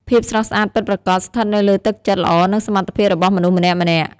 ភាពស្រស់ស្អាតពិតប្រាកដស្ថិតនៅលើទឹកចិត្តល្អនិងសមត្ថភាពរបស់មនុស្សម្នាក់ៗ។